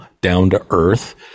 down-to-earth